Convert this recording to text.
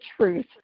truth